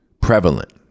prevalent